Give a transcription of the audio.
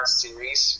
series